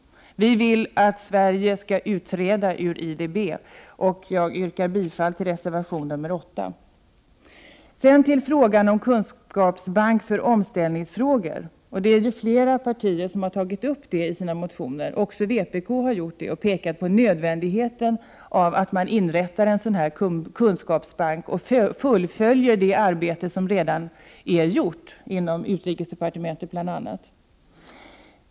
Vi vill att Sverige skall utträda ur IDB, och jag yrkar bifall till reservation 8. Sedan vill jag ta upp frågan om en kunskapsbank för omställningsfrågor. Det är flera partier som har tagit upp en sådan kunskapsbank i sina motioner, även vpk har gjort det och pekat på nödvändigheten av att man inrättar en sådan kunskapsbank och fullföljer det arbete som redan är gjort inom bl.a. utrikesdepartementet.